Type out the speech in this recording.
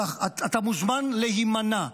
אתה מוזמן להימנע.